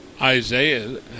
Isaiah